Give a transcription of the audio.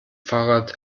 fahrrad